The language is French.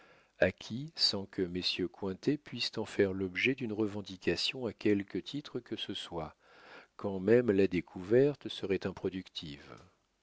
recherches acquis sans que messieurs cointet puissent en faire l'objet d'une revendication à quelque titre que ce soit quand même la découverte serait improductive